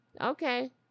Okay